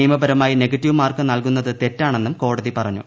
നിയമപരമായി negative mark നൽകുന്നത് തെറ്റാണെന്നും കോടതി പറഞ്ഞു